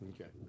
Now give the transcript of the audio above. Okay